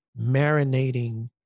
marinating